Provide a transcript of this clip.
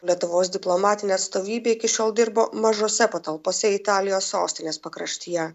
lietuvos diplomatinė atstovybė iki šiol dirbo mažose patalpose italijos sostinės pakraštyje